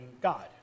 God